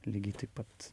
lygiai taip pat